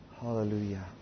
Hallelujah